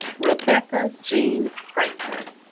rebecca jean prather